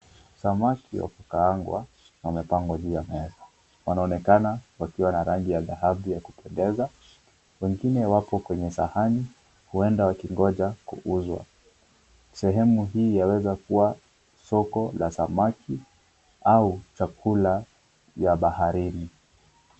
Samaki wa kukaangwa wamepangwa juu ya meza, wanaonekana wakiwa na rangi ya dhahabu yakupendeza, wengine wako kwenye sahani huenda wakingoja kuuzwa, sehemu hii yawezakua soko la samaki au chakula cha baharini.